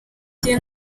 njye